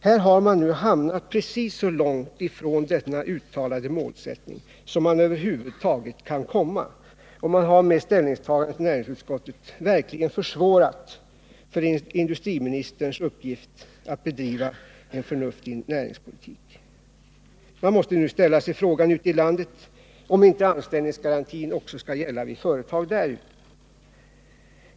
Här har man nu hamnat precis så långt från denna uttalade målsättning som man över huvud taget kan komma, och man har med ställningstagandet i näringsutskottet verkligen försvårat industriministerns uppgift att bedriva en förnuftig näringspolitik. Man måste nu ställa sig frågan ute i landet, om inte anställningsgarantin också bör gälla där.